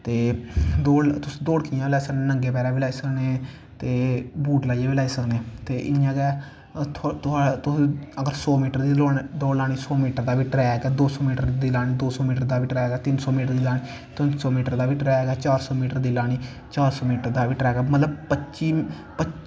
ते तुस दौड़ कियां नंगें पैरैं बी लाई सकने ते बूट लाईयै बी लाई सकने ते इयां गै तुस अगर सौ मीटर दी दौड़ लानी सौ मीटर दा गै ट्रैक ऐ दो सौ मीटर दी लानी दो सौ मीटर दा बी ट्रैक ऐ तिन्न सौ मीटर दी लानी तिन्न सौ मीटर दा बी ट्रैक ऐ चार सौ मीटर दी लानी चार सौ मीटर दा बी ट्रैक ऐ मतलव पच्ची